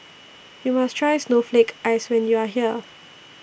YOU must Try Snowflake Ice when YOU Are here